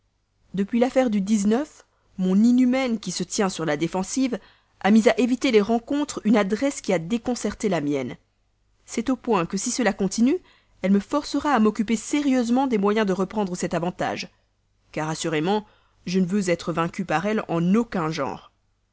depuis l'affaire du mon inhumaine qui se tient sur la défensive a mis à éviter les rencontres une adresse qui a déconcerté la mienne c'est au point que si cela continue elle me forcera à m'occuper sérieusement d'en trouver les moyens car assurément je ne souffrirai d'être vaincu par elle en aucun genre